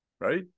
Right